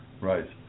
Right